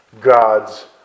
God's